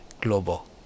global